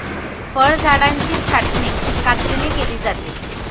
फळझाडांची छाटणी कात्रीने केली जाते